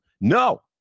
No